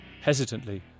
Hesitantly